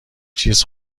چیز